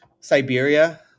siberia